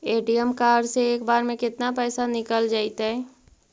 ATM card से एक बार में केतना पैसा निकल जइतै?